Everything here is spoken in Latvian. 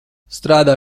strādā